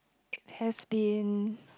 has been